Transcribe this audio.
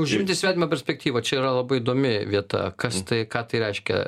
užimti svetimą perspektyvą čia yra labai įdomi vieta kas tai ką tai reiškia